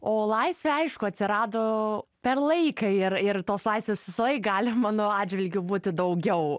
o laisvė aišku atsirado per laiką ir ir tos laisvės visąlaik gali mano atžvilgiu būti daugiau